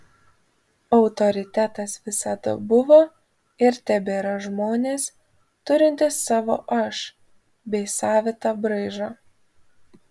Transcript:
autoritetas visada buvo ir tebėra žmonės turintys savo aš bei savitą braižą